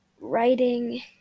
writing